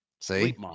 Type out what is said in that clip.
see